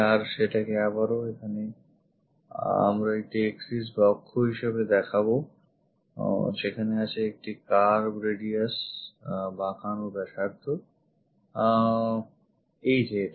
আর সেটাকে আবারও এখানে আমরা একটি axis বা অক্ষ হিসেবে দেখাবো সেখানে আছে একটি curve radius বাকানো ব্যাসার্ধ এই যে এটা